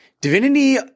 Divinity